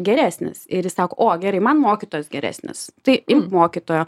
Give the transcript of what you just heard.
geresnis ir jis sako o gerai man mokytojos geresnis tai mokytojo